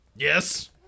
Yes